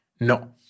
No